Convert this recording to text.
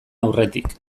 aurretik